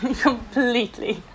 completely